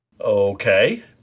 Okay